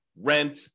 rent